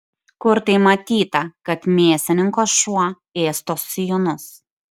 kur tai matyta kad mėsininko šuo ėstų sijonus